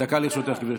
דקה לרשותך, גברתי.